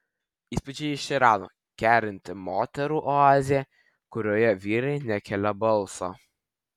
įspūdžiai iš irano kerinti moterų oazė kurioje vyrai nekelia balso